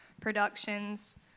productions